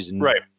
Right